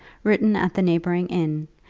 written at the neighbouring inn,